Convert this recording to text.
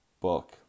book